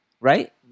Right